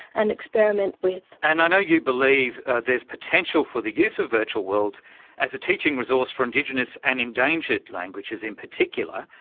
and experiment with. and i know you believe there's potential for the use of virtual worlds as a teaching resource for indigenous and endangered languages in particular.